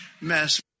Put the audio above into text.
mess